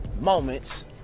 moments